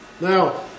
Now